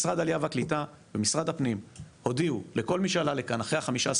משרד העלייה והקליטה ומשרד הפנים הודיעו לכל מי שעלה לכאן אחרי ה-15